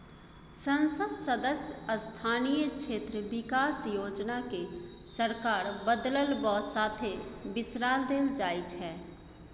संसद सदस्य स्थानीय क्षेत्र बिकास योजना केँ सरकार बदलब साथे बिसरा देल जाइ छै